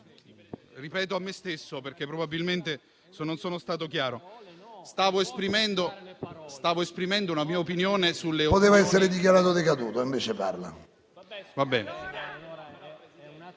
Ripeto a me stesso, perché probabilmente non sono stato chiaro, che stavo esprimendo una mia opinione. PRESIDENTE. Poteva essere dichiarato decaduto, invece sta